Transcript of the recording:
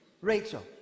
Rachel